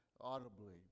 audibly